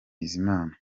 bizimana